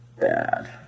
bad